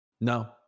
No